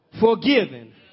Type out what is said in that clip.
forgiven